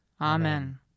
Amen